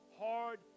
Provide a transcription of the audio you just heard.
hard